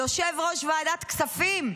יושב-ראש ועדת כספים.